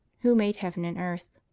who made heaven and earth.